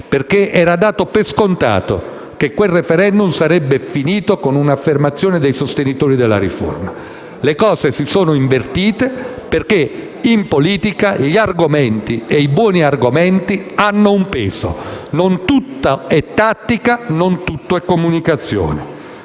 perché era dato per scontato che quel *referendum* sarebbe finito con un'affermazione dei sostenitori della riforma. Le cose si sono invertite, perché in politica gli argomenti - i buoni argomenti - hanno un peso. Non tutto è tattica e non tutto è comunicazione.